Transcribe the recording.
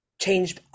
change